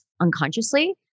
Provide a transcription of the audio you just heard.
unconsciously